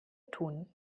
tun